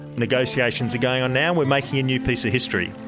negotiations are going on now we're making a new piece of history.